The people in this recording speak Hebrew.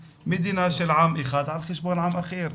מדינה של עם אחד על חשבון עם אחר.